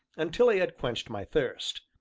until i had quenched my thirst.